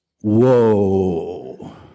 whoa